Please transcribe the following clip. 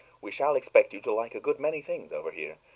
we shall expect you to like a good many things over here,